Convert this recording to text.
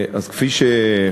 אז כפי שאמרתי